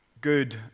good